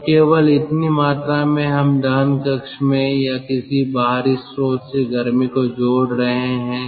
तब केवल इतनी मात्रा में हम दहन कक्ष में या किसी बाहरी स्रोत से गर्मी को जोड़ रहे हैं